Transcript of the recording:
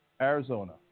Arizona